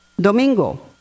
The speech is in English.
Domingo